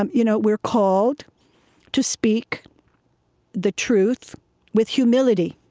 um you know we're called to speak the truth with humility.